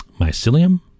mycelium